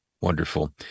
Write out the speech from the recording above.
Wonderful